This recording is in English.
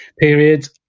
period